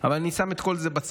אבל אני שם את כל זה בצד,